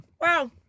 Wow